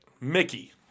Mickey